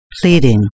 pleading